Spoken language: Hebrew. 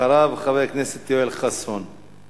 אחריו, חבר הכנסת יואל חסון.